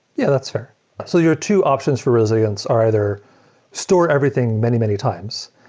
yeah, that's fair. so your two options for resilience are either store everything many, many times,